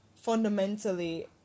fundamentally